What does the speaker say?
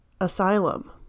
asylum